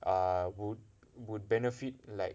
err would would benefit like